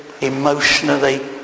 emotionally